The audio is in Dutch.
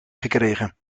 gekregen